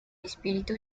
espíritu